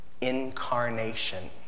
incarnation